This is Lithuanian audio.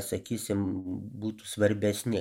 sakysim būtų svarbesni